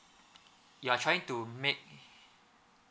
you are trying to make